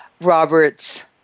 Robert's